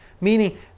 Meaning